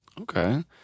Okay